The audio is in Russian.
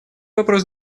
вопрос